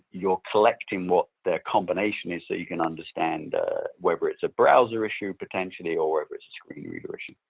you're collecting what their combination is so you can understand whether it's a browser issue, potentially or whether it's a screen reader issue.